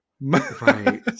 Right